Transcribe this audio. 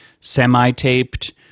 semi-taped